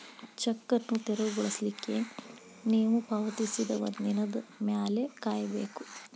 check ಅನ್ನು ತೆರವುಗೊಳಿಸ್ಲಿಕ್ಕೆ ನೇವು ಪಾವತಿಸಿದ ಒಂದಿನದ್ ಮ್ಯಾಲೆ ಕಾಯಬೇಕು